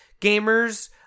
Gamers